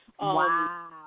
Wow